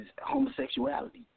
homosexuality